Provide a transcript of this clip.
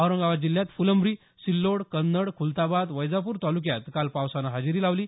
औरंगाबाद जिल्ह्यात फुलंब्री सिल्लोड कन्नड खुलताबाद वैजापूर तालुक्यात काल पावसानं हजेरी लावली